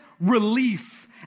relief